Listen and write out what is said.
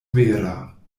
vera